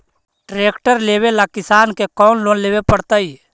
Tractor लेवेला किसान के कौन लोन लेवे पड़तई?